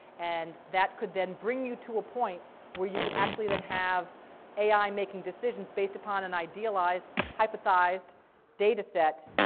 and that could then bring you to a point where you could actually then have ai making decisions based upon an idealized, hypothesized data set,